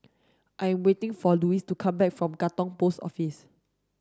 I am waiting for Lois to come back from Katong Post Office